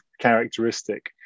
characteristic